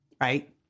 right